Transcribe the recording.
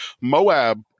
moab